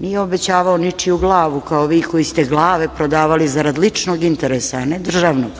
nije obećavao ničiju glavu, kao vi koji ste glave prodavali zarad ličnog interesa, a ne državnog,